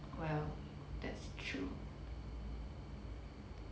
well that's true